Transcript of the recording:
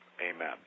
amen